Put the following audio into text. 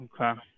Okay